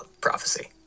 prophecy